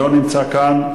לא נמצא כאן,